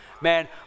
Man